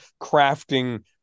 crafting